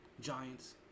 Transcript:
Giants